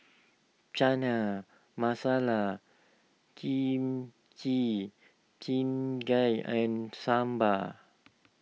Chana Masala Kimchi Jjigae and Sambar